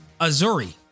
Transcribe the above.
Azuri